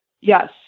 Yes